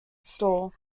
store